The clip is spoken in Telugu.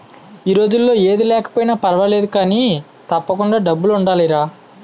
ఈ రోజుల్లో ఏది లేకపోయినా పర్వాలేదు కానీ, తప్పకుండా డబ్బులుండాలిరా